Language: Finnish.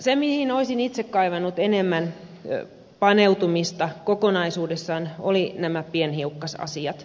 se mihin olisin itse kaivannut enemmän paneutumista kokonaisuudessaan olivat nämä pienhiukkasasiat